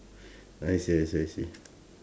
I see I see I see I see